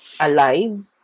alive